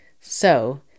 So